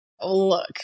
Look